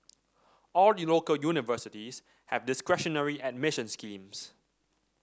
all the local universities have discretionary admission schemes